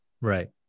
right